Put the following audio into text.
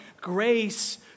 grace